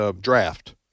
draft